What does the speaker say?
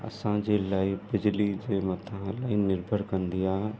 असांजे लाइफ बिजली जे मथां अलाई निर्भर कंदी आहे